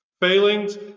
failings